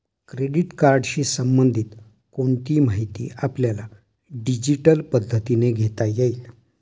credit कार्डशी संबंधित कोणतीही माहिती आपल्याला डिजिटल पद्धतीने घेता येईल